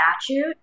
statute